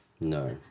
No